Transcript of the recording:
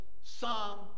Psalm